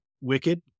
wicked